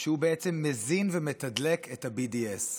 שהוא בעצם מזין ומתדלק את ה-BDS.